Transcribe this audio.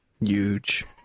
Huge